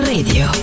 Radio